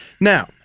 now